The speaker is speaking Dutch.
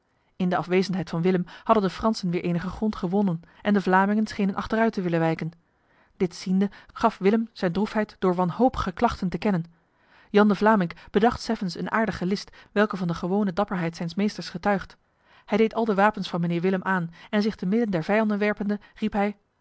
in de afwezendheid van willem hadden de fransen weer enige grond gewonnen en de vlamingen schenen achteruit te willen wijken dit ziende gaf willem zijn droefheid door wanhopige klachten te kennen jan de vlamynck bedacht seffens een aardige list welke van de gewone dapperheid zijns meesters getuigt hij deed al de wapens van mijnheer willem aan en zich te midden der vijanden werpende riep hij